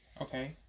okay